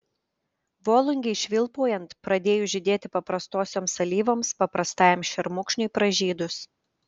volungei švilpaujant pradėjus žydėti paprastosioms alyvoms paprastajam šermukšniui pražydus